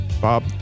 Bob